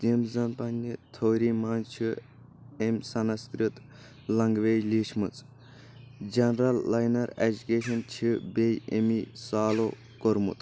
یٔمۍ زن پننہِ تھوری منٛز چھ أمۍ سنسکرت لینگویج لیٖچھمٕژ جنرل لاینر ایجوٗکیشن چھ بیٚیہِ أمی سالو کوٚرمُت